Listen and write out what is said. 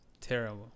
Terrible